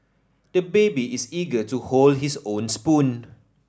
the baby is eager to hold his own spoon